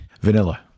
Vanilla